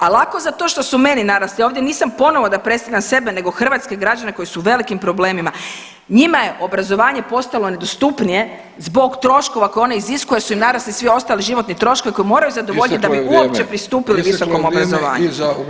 Al lako za to što su meni narasli, ovdje nisam ponovo da predstavljam sebe nego hrvatske građane koji su u velikim problemima, njima je obrazovanje postalo nedostupnije zbog troškova koje one iziskuje su im narasli svi ostali životni troškovi koje moraju zadovoljit da bi uopće pristupili visokom obrazovanju.